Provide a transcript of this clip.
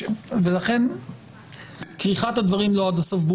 לכן כריכת הדברים לא ברורה לי עד הסוף.